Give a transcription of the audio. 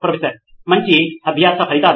professor మంచి అభ్యాస ఫలితాలు